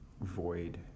void